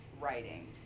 writing